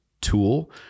tool